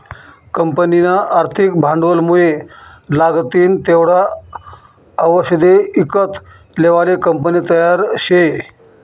कंपनीना आर्थिक भांडवलमुये लागतीन तेवढा आवषदे ईकत लेवाले कंपनी तयार शे